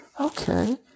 okay